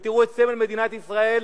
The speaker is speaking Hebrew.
תראו את סמל מדינת ישראל,